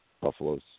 Buffalo's